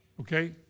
Okay